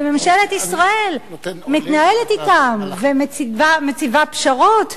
וממשלת ישראל מתנהלת אתם ומציבה פשרות.